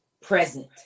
present